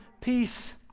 peace